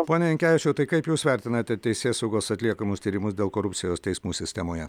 pone jankevičiau tai kaip jūs vertinate teisėsaugos atliekamus tyrimus dėl korupcijos teismų sistemoje